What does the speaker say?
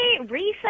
recently